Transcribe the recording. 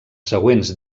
següents